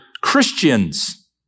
Christians